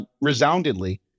resoundingly